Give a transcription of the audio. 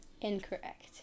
Incorrect